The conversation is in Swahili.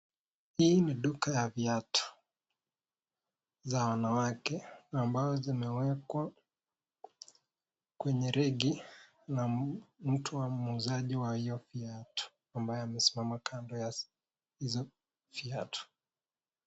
Hii ni duka ya viatu, za wanawake na ambazo kwenye regi na mtu wa muuzaji wa hiyo viatu, ambaye amesima kando ya hizo viatu.